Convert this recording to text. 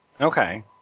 Okay